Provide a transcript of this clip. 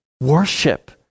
worship